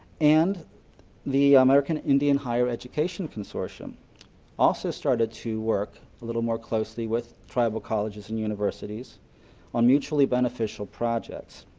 and the american indian higher education contortion also started to work a little more closely with tribal colleges and universities on mutually beneficial projects.